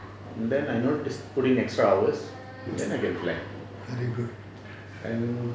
then I note just put in extra hours then I get blank